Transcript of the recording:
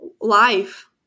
life